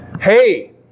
Hey